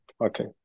Okay